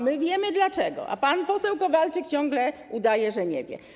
My wiemy dlaczego, a pan poseł Kowalczyk ciągle udaje, że nie wie.